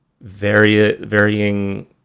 varying